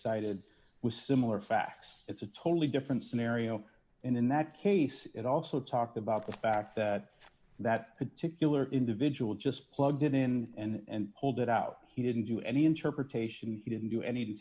cited was similar facts it's a totally different scenario in that case it also talked about the fact that that particular individual just plugged it in and pulled it out he didn't do any interpretation he didn't do any